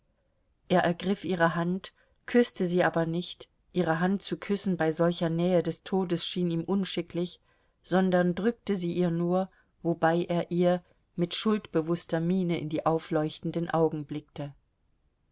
er ergriff ihre hand küßte sie aber nicht ihre hand zu küssen bei solcher nähe des todes schien ihm unschicklich sondern drückte sie ihr nur wobei er ihr mit schuldbewußter miene in die aufleuchtenden augen blickte